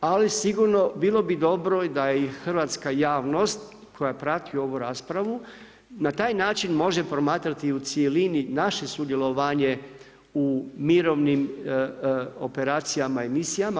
Ali sigurno, bilo bi dobro da je i hrvatska javnost koja prati ovu raspravu na taj način može promatrati i u cjelini naše sudjelovanje u mirovnim operacijama i misijama.